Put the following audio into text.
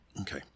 Okay